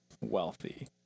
wealthy